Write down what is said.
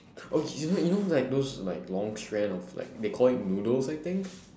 oh you know you know like those like long strand of like they call it noodles I think